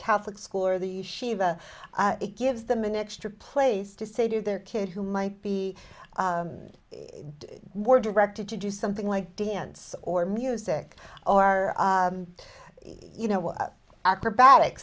catholic school or the shiva it gives them an extra place to say to their kid who might be more directed to do something like dance or music or are you know what acrobatic